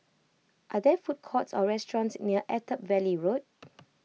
are there food courts or restaurants near Attap Valley Road